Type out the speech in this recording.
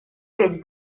петь